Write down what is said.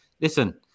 Listen